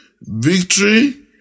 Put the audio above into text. victory